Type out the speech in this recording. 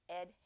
Ed